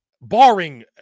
barring